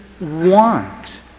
want